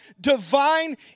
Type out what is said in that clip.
divine